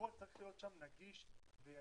הכול צריך להיות שם נגיש ויעיל.